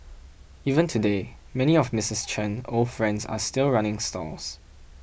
even today many of Misses Chen old friends are still running stalls